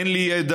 אין לי ידע.